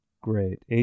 Great